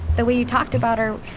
the way you talked about her,